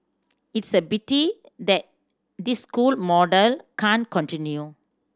it's a pity that this school model can't continue